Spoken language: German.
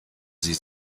sie